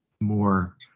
more